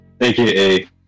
aka